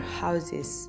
houses